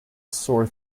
sore